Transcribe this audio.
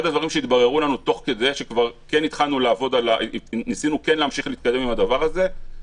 אחד הדברים שהתבררו לנו תוך כדי שניסינו כן להמשיך להתקדם עם הדבר הזה,